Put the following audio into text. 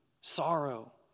sorrow